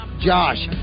Josh